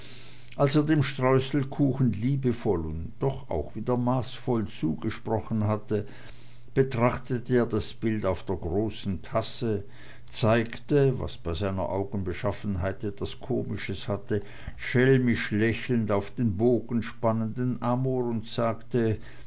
er dem streusel liebevoll und doch auch wieder maßvoll zugesprochen hatte betrachtete er das bild auf der großen tasse zeigte was bei seiner augenbeschaffenheit etwas komisches hatte schelmisch lächelnd auf den bogenspannenden amor und sagte